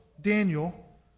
Daniel